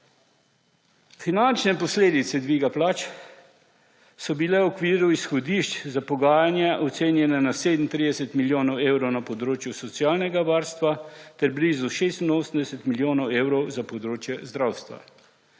Finančne posledice dviga plač so bile v okviru izhodišč za pogajanja ocenjene na 37 milijonov evrov na področju socialnega varstva ter blizu 86 milijonov evrov za področje zdravstva.